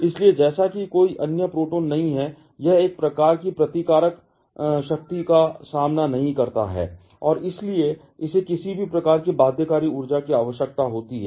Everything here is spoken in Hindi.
इसलिए जैसा कि कोई अन्य प्रोटॉन नहीं है यह एक प्रकार की प्रतिकारक शक्ति का सामना नहीं करता है और इसलिए इसे किसी भी प्रकार की बाध्यकारी ऊर्जा की आवश्यकता होती है